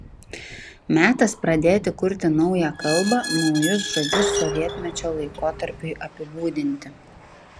metas pradėti kurti naują kalbą naujus žodžius sovietmečio laikotarpiui apibūdinti